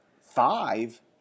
five